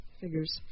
Figures